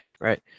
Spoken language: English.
right